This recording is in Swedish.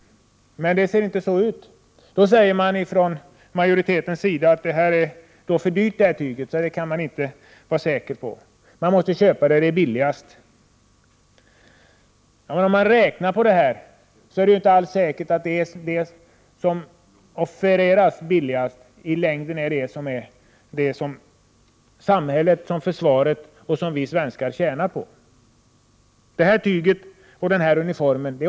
Men det ser inte ut så. Majoriteten i utskottet hävdar att det svensktillverkade tyget är för dyrt. Tyget måste upphandlas där det är billigast. Om man räknar på detta kan man finna att det inte är säkert att det som offereras till lägst pris i längden är det som samhället, fösvaret och vi svenskar tjänar på.